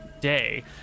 day